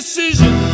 Decision